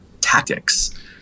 tactics